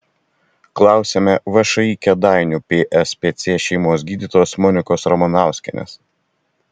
klausiame všį kėdainių pspc šeimos gydytojos monikos ramanauskienės